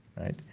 right